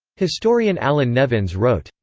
historian allan nevins wrote,